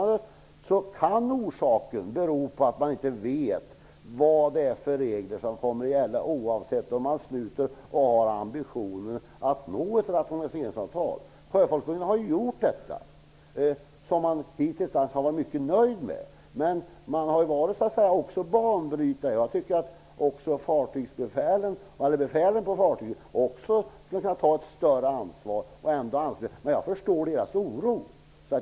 Det kan bero på att man fortfarande inte vet vilka regler som kommer att gälla, oavsett om man nu har ambitionen att nå ett rationaliseringsavtal. Sjöfolksförbundet har gjort detta och har hittills varit mycket nöjt. Förbundet har varit banbrytande. Jag tycker att befälen på fartygen också kan ta större ansvar men ändå vara anslutna. Men jag kan förstå deras oro.